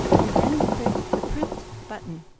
and then click the print button.